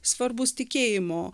svarbūs tikėjimo